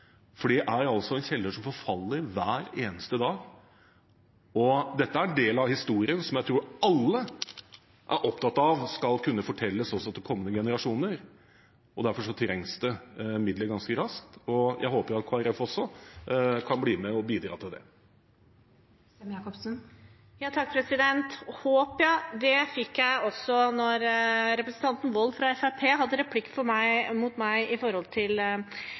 raskt. Det er altså en kjeller som forfaller hver eneste dag, og dette er en del av historien som jeg tror alle er opptatt av skal kunne fortelles også til kommende generasjoner. Derfor trengs det midler ganske raskt, og jeg håper at Kristelig Folkeparti også kan bli med og bidra til det. Håpet fikk jeg også da representanten Wold fra Fremskrittspartiet hadde replikk mot meg angående vårt representantforslag om utvidelse av konsesjonene til